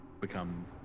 become